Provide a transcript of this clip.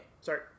Sorry